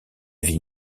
vie